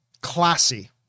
classy